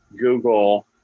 google